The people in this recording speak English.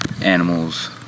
animals